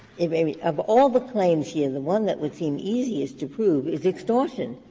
i mean of all the claims here, the one that would seem easiest to prove is extortion,